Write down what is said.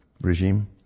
regime